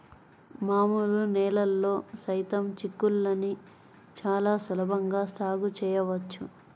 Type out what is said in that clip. మామూలు నేలల్లో సైతం చిక్కుళ్ళని చాలా సులభంగా సాగు చేయవచ్చు